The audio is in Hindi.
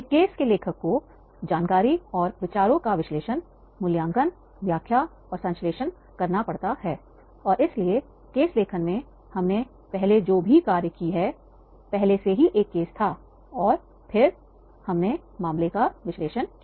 एक केस के लेखक को जानकारी और विचारों का विश्लेषण मूल्यांकन व्याख्या और संश्लेषण करना पड़ता है और इसलिए केस लेखन में हमने पहले जो भी चर्चा की है पहले से ही एक केस था और फिर हमने मामले का विश्लेषण किया